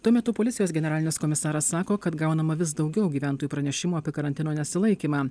tuo metu policijos generalinis komisaras sako kad gaunama vis daugiau gyventojų pranešimų apie karantino nesilaikymą